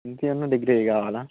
inter degree అవి కావాలా